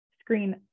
screen